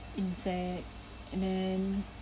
me insect and then